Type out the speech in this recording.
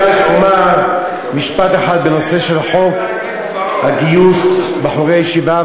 אז אני רק אומר משפט אחד בנושא של חוק גיוס בחורי ישיבה,